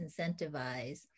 incentivize